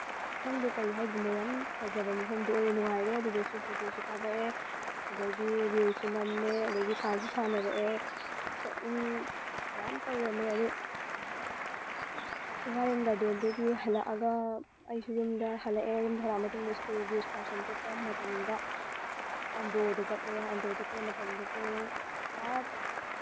ꯈꯪꯗꯦ ꯀꯔꯤ ꯍꯥꯏꯗꯣꯏꯅꯣ ꯌꯥꯝ ꯐꯖꯕ ꯃꯐꯝꯗꯨ ꯑꯣꯏꯔꯦ ꯅꯨꯡꯉꯥꯏꯔꯦ ꯑꯗꯨꯗꯁꯨ ꯐꯣꯇꯣꯁꯨ ꯀꯥꯞꯄꯛꯑꯦ ꯑꯗꯒꯤ ꯔꯤꯜꯁꯁꯨ ꯅꯝꯃꯦ ꯑꯗꯒꯤ ꯁꯥꯁꯨ ꯁꯥꯅꯔꯛꯑꯦ ꯃꯌꯥꯝ ꯇꯧꯔꯝꯃꯦ ꯑꯗꯨ ꯆꯤꯡꯉꯥꯔꯦꯜ ꯒꯥꯔꯗꯦꯟꯗꯒꯤ ꯍꯜꯂꯛꯑꯒ ꯑꯩꯁꯨ ꯌꯨꯝꯗ ꯍꯜꯂꯛꯑꯦ ꯌꯨꯝꯗ ꯍꯜꯂꯛꯑ ꯃꯇꯨꯡꯗ ꯁ꯭ꯀꯨꯜꯒꯤ ꯏꯁꯀꯥꯔꯁꯟ ꯆꯠꯄ ꯃꯇꯝꯗ ꯑꯟꯗ꯭ꯔꯣꯗ ꯆꯠꯂꯦ ꯑꯟꯗ꯭ꯔꯣ ꯆꯠꯄ ꯃꯇꯝꯗ ꯄꯨꯡ ꯑꯥ